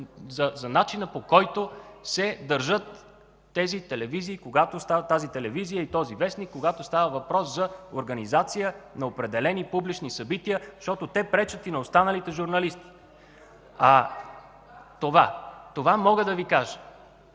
към начина, по който се държат тази телевизия и този вестник, когато става въпрос за организация на определени публични събития, защото те пречат и на останалите журналисти. Това мога да Ви кажа.